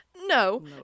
No